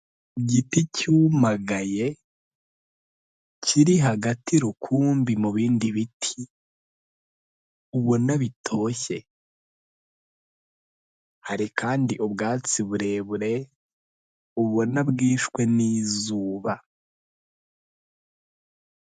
Igiti cyumagaye kiri hagati rukumbi mu bindi biti ubona bitoshye, hari kandi ubwatsi burebure ubona bwishwe n'izuba.